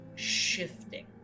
shifting